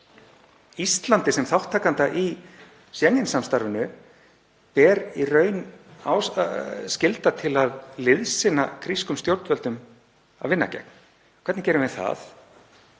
Íslandi, sem þátttakanda í Schengen-samstarfinu, ber í raun skylda til að liðsinna grískum stjórnvöldum að vinna gegn. Hvernig gerum við það?